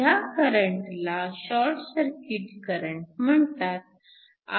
ह्या करंटला short circuit current म्हणतात